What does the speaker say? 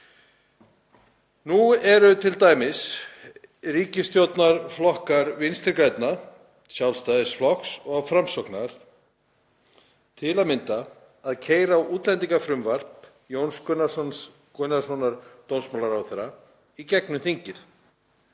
Nú eru t.d. ríkisstjórnarflokkar Vinstri grænna, Sjálfstæðisflokks og Framsóknar að keyra útlendingafrumvarp Jóns Gunnarssonar dómsmálaráðherra í gegnum þingið